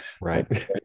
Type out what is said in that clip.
right